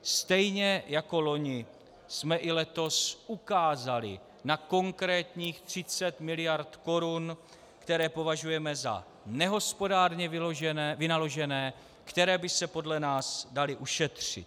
Stejně jako loni jsme i letos ukázali na konkrétních 30 mld. korun, které považujeme za nehospodárně vynaložené, které by se podle nás daly ušetřit.